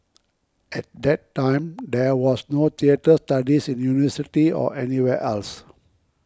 at that time there was no theatre studies in university or anywhere else